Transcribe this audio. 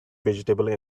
vegetable